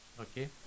Okay